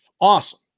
Awesome